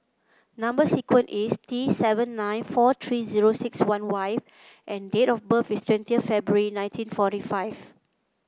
number sequence is T seven nine four three zero six one Y and date of birth is twenty February nineteen forty five